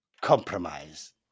compromise